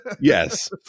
Yes